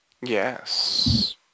Yes